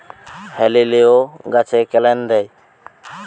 হেলিলিও গাছে ক্যানেল দেয়?